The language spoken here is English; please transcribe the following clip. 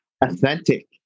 authentic